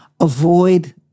avoid